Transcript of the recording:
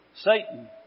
Satan